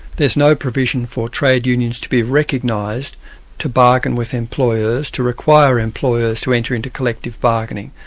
there's no provision for trade unions to be recognised to bargain with employers, to require employers to enter into collective bargaining.